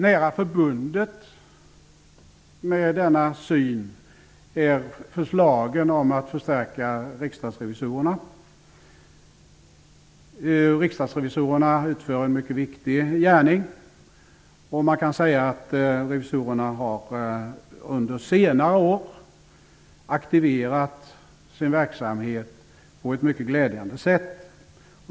Nära förbunden med denna syn på arbetet är förslagen om att förstärka Riksdagens revisorer. De utför en mycket viktig gärning, och man kan säga att de under senare år har aktiverat sin verksamhet på ett mycket glädjande sätt.